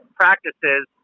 practices